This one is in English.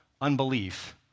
Unbelief